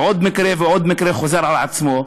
ועוד מקרה ועוד מקרה חוזר על עצמו,